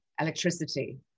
electricity